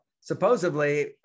Supposedly